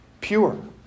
pure